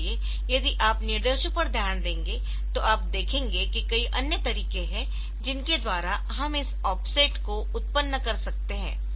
इसलिए यदि आप निर्देशों पर ध्यान देंगे तो आप देखेंगे कि कई अन्य तरीके है जिनके द्वारा हम इस ऑफसेट को उत्पन्न कर सकते है